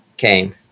came